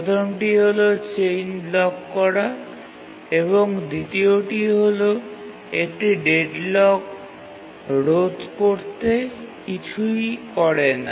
প্রথমটি হল chain block করা এবং দ্বিতীয়টি হল এটি ডেডলক রোধ করতে কিছুই করে না